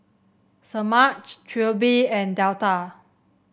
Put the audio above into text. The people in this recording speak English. Semaj Trilby and Delta